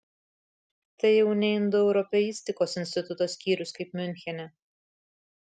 tai jau ne indoeuropeistikos instituto skyrius kaip miunchene